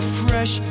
fresh